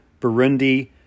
Burundi